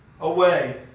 away